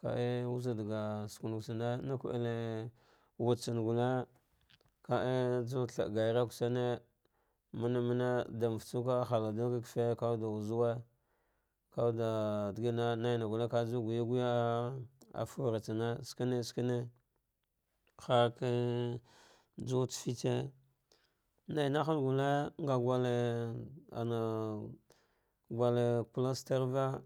ka wuzɗagusu nuk tsane na kule wudetsame gulle kaa juwa t hie gari rugh shme mane mane ɗa fatsuke harildil ga kaffe kawude wuzwe wude digamma naina gulle kaju guyuguya fura tsane skene skene, harke juwatsa fits nainahna gulle nga gulle gulle kulaztarva.